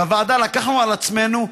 בוועדה לקחנו על עצמנו,